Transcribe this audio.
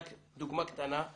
רק דוגמא קטנה,